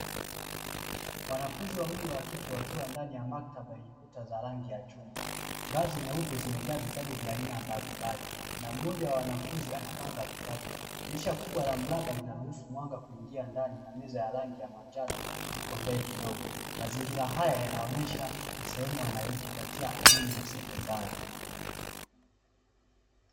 Wanafunzi wawili wakike wakiwa ndani ya maktaba yenye rangi ya chungwa vitabu vingi vikiwa kwenye makabati mwingine akiwa anakagua vitabu mazingira haya yanaonyesha ni sehemu wanajipatia elimu ya sekondari